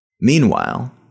Meanwhile